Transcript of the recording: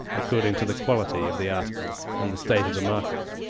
according to the quality of the article and the state of the market,